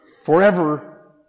Forever